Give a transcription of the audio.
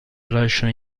lasciano